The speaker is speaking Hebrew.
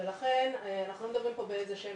לכן אנחנו לא מדברים בעצים